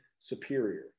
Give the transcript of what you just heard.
superior